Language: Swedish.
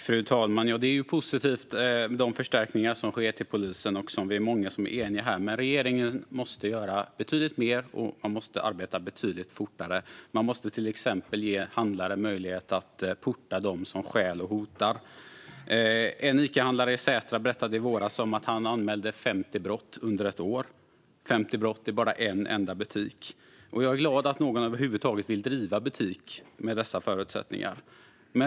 Fru talman! De förstärkningar till polisen som sker är positiva, och detta är vi många här som är eniga om. Men regeringen måste göra betydligt mer och arbeta mycket fortare. Till exempel måste handlare ges möjlighet att porta dem som stjäl och hotar. En Icahandlare i Sätra berättade i våras att han anmälde 50 brott under ett år bara i en enda butik. Jag är glad att någon över huvud taget vill driva butik under dessa förutsättningar.